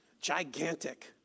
gigantic